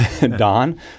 Don